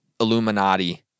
Illuminati